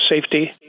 safety